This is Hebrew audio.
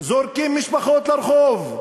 זורקים משפחות לרחוב.